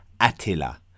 Attila